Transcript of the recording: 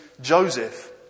Joseph